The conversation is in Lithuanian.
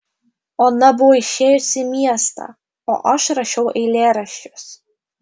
ona buvo išėjusi į miestą o aš rašiau eilėraščius